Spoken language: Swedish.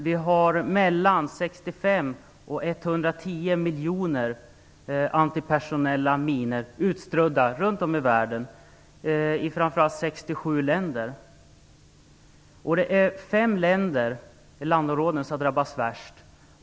Det finns mellan 65 och 110 miljoner antipersonella minor utströdda runtom i världen - framför allt i 67 länder. 5 landområden drabbas värst.